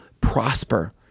prosper